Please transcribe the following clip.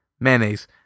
mayonnaise